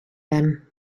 them